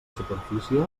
superfície